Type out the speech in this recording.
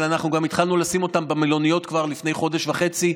אבל אנחנו גם התחלנו לשים אותם במלוניות כבר לפני חודש וחצי,